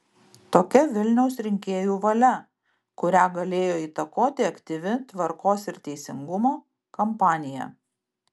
tokia vilniaus rinkėjų valia kurią galėjo įtakoti aktyvi tvarkos ir teisingumo kampanija